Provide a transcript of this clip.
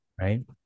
right